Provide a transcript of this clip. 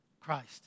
Christ